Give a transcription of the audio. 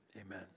Amen